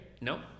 No